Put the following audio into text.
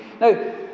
Now